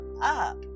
up